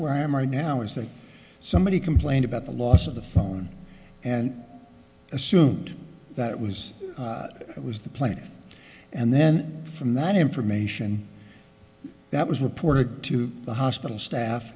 where i am right now is that somebody complained about the loss of the phone and assumed that was it was the plan and then from that information that was reported to the hospital staff